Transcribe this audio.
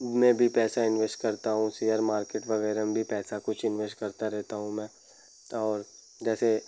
में भी पैसा इन्वेस करता हूँ सियर मार्केट वगैरह में भी पैसा कुछ इन्वेस करता रहता हम मैं तौर जैसे